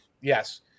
Yes